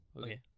Okay